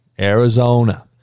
Arizona